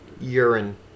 urine